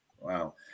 wow